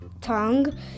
tongue